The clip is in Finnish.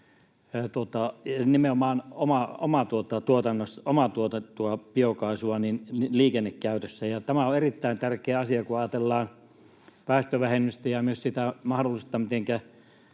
omatuotettua biokaasua liikennekäytössä. Tämä on erittäin tärkeä asia, kun ajatellaan päästövähennystä ja myös sitä mahdollisuutta,